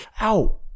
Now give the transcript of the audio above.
Ow